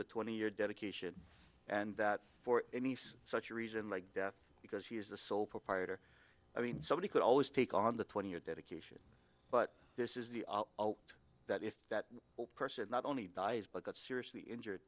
the twenty year dedication and that for any such reason like death because he is the sole proprietor i mean somebody could always take on the twenty year dedication but this is the that if that person not only dies but got seriously injured